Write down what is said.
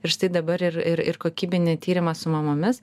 ir štai dabar ir ir ir kokybinį tyrimą su mamomis